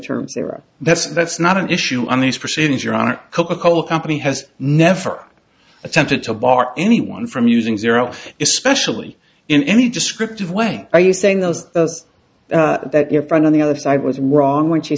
term zero that's that's not an issue on these proceedings you're on coca cola company has never attempted to bar anyone from using zero is especially in any descriptive way are you saying those that your friend on the other side was wrong when she